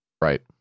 Right